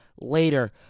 later